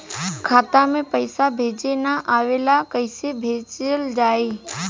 खाता में पईसा भेजे ना आवेला कईसे भेजल जाई?